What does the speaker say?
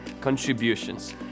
contributions